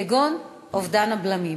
כגון אובדן הבלמים,